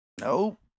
Nope